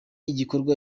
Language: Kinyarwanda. igikorwa